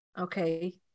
Okay